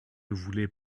voulait